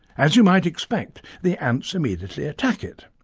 as you might expect, the ants immediately attack it.